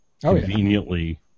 conveniently